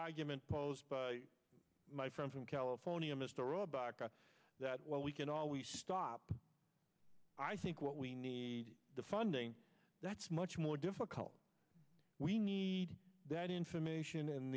argument posed by my friend from california mr obama that well we can always stop i think what we need the funding that's much more difficult we need that information